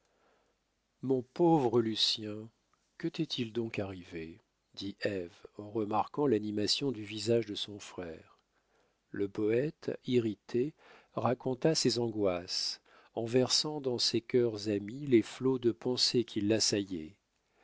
mon pauvre lucien que t'est-il donc arrivé dit ève en remarquant l'animation du visage de son frère le poète irrité raconta ses angoisses en versant dans ces cœurs amis les flots de pensées qui l'assaillaient